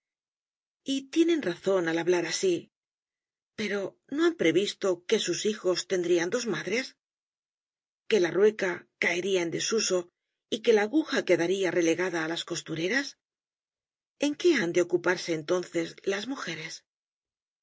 y tienen razón al hablar así pero no han previsto que sus hijos tendrían dos madres que la rueca caería en desuso y que la aguja quedaría relegada á las costureras en qué han de ocuparse entonces las mujeres